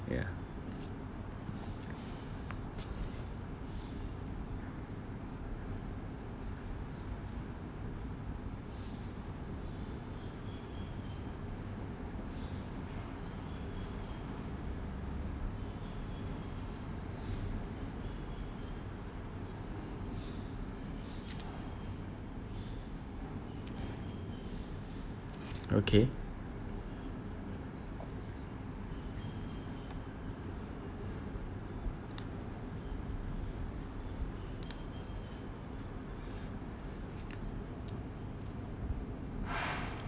ya okay